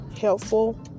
helpful